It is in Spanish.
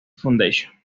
foundation